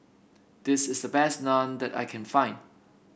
this is the best Naan that I can find